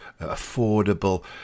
affordable